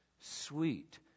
sweet